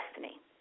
destiny